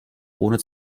ohne